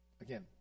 again